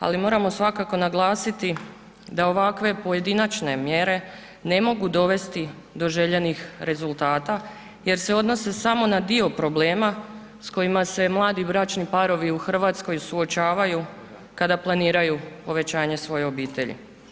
Ali moramo svakako naglasiti da ovakve pojedinačne mjere ne mogu dovesti do željenih rezultata jer se odnose samo na dio problema s kojima se mladi bračni parovi u Hrvatskoj suočavaju kada planiraju povećanje svoje obitelji.